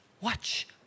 watch